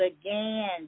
again